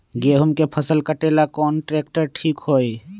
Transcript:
गेहूं के फसल कटेला कौन ट्रैक्टर ठीक होई?